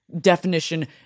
definition